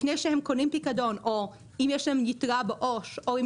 לפני שהם קונים פיקדון או אם יש להם יתרה בעו"ש או אם